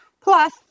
Plus